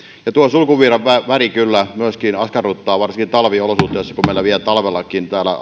tuo sulkuviivan väri kyllä myöskin askarruttaa varsinkin talviolosuhteissa kun meillä vielä talvellakin täällä